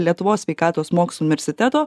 lietuvos sveikatos mokslų universiteto